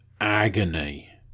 Agony